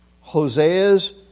Hosea's